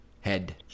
head